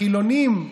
החילונים,